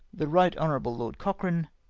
the right hon. lord cochrane,